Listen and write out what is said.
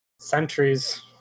centuries